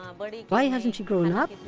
um but why hasn't she grown and up?